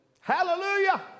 Hallelujah